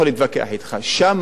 שם הבעיה יותר גדולה,